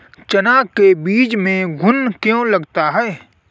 चना के बीज में घुन क्यो लगता है?